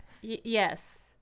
Yes